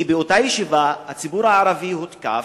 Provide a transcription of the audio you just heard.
כי באותה ישיבה הציבור הערבי הותקף,